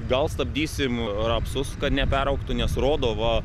gal stabdysim rapsus kad neperaugtų nes rodo va